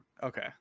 okay